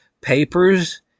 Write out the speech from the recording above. Papers